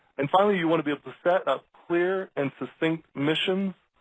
and finally, you want to be able to set up clear and succinct missions,